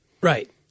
Right